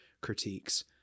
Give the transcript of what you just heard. critiques